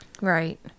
Right